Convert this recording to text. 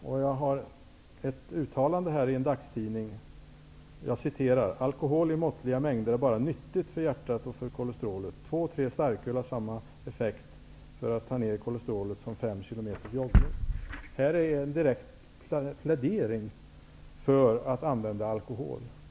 Han säger i ett uttalande i en dagstidning så här: ''-- Alkohol i måttliga mängder är bara nyttigt för hjärtat och för kolesterolet. Två, tre starköl har samma effekt för att ta ner kolesterolet som fem kilometers jogging.'' Det är en direkt plädering för att använda alkohol.